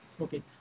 Okay